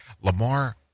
Lamar